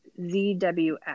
ZWF